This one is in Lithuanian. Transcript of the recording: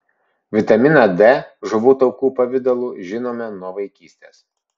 vitaminą d žuvų taukų pavidalu žinome nuo vaikystės